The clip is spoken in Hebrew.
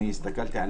ואני הסתכלתי על